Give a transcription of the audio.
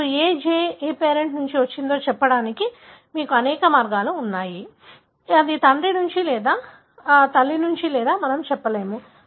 ఇప్పుడు ఏ G ఏ పేరెంట్ నుండి వచ్చిందో చెప్పడానికి మీకు అనేక మార్గాలు ఉన్నాయి అది తండ్రి నుండి అయినా లేదా తల్లి నుండి అయినా మనము చెప్పలేము